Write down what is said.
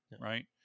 right